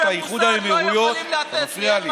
מוסר לא יכולים לתת לי.